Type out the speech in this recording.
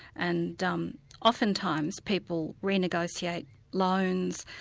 and um oftentimes, people renegotiate loans,